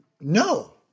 no